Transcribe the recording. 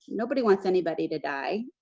nobody wants anybody to die,